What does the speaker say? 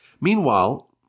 Meanwhile